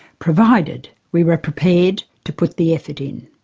provided we were prepared to put the effort in.